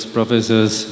Professors